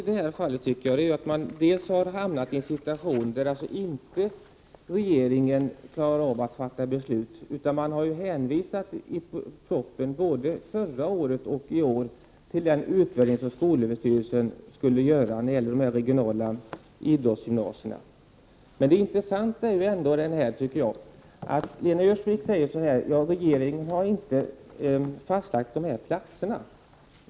Herr talman! Det tråkiga i detta fall är att den situationen har uppkommit, att regeringen inte klarar att fatta beslut utan hänvisar i propositionen både förra året och i år till den utvärdering som skolöverstyrelsen skulle göra av de regionala idrottsgymnasierna. Det intressanta är att Lena Öhrsvik säger att regeringen inte har fastlagt platserna.